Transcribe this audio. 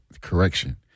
Correction